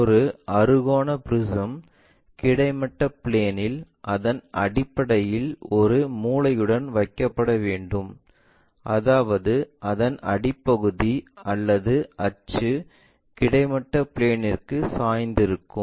ஒரு அறுகோண ப்ரிஸம் கிடைமட்ட பிளேன்இல் அதன் அடிப்பகுதியில் ஒரு மூலையுடன் வைக்கப்பட வேண்டும் அதாவது அதன் அடிப்பகுதி அல்லது அச்சு கிடைமட்ட பிளேன்ற்கு சாய்ந்திருக்கும்